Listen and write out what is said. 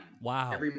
Wow